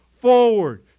forward